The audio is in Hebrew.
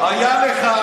אנחנו צריכים להתייחס.